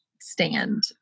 stand